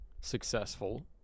successful